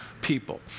people